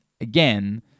again